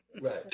Right